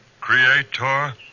creator